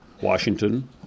Washington